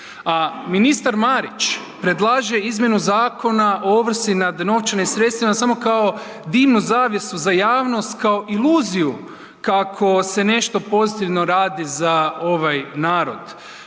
a ministar Marić predlaže izmjenu Zakona o ovrsi nad novčanim sredstvima samo kao dimnu zavjesu za javnost, kao iluziju kako se nešto pozitivno radi za ovaj narod.